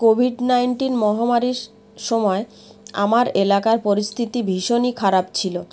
Covid nineteen মহামারীর সময় আমার এলাকার পরিস্থিতি ভীষণই খারাপ ছিলো